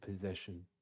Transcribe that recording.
possession